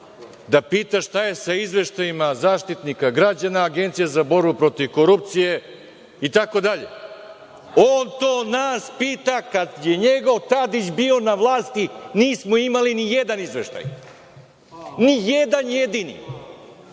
da pita šta je sa izveštajima Zaštitnika građana, Agencije za borbu protiv korupcije itd. On to nas pita, kad je njegov Tadić bio na vlasti, nismo imali nijedan izveštaj, ni jedan jedini.